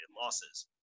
losses